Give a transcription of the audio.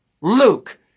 Luke